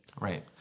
Right